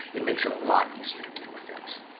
it makes it a lot easier to deal with things.